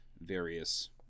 various